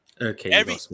Okay